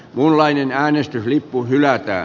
muunlainen äänestyslippu hylätään